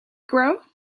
grow